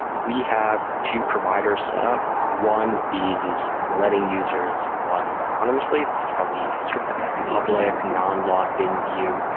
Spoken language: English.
we have two providers set up. one is letting users log in anonymously. this is how we sort of have that public non-logged-in view.